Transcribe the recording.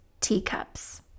teacups